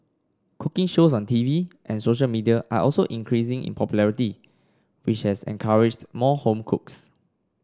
cooking shows on T V and social media are also increasing in popularity which has encouraged more home cooks